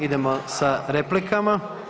Idemo sa replikama.